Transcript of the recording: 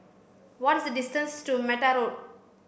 what is the distance to Mata Road